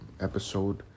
episode